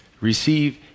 Receive